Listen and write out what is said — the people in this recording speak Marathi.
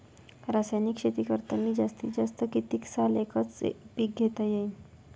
रासायनिक शेती करतांनी जास्तीत जास्त कितीक साल एकच एक पीक घेता येईन?